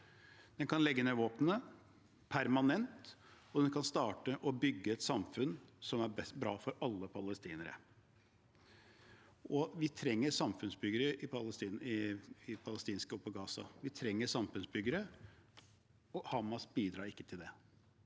Man kan legge ned våpnene – permanent – og man kan starte å bygge et samfunn som er bra for alle palestinere. Vi trenger samfunnsbyggere blant palestinerne og i Gaza. Vi trenger samfunnsbyggere, og Hamas bidrar ikke til det.